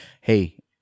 hey